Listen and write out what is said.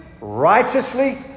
righteously